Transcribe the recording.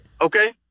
Okay